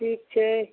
ठीक छै